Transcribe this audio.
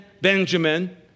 Benjamin